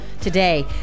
Today